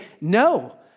no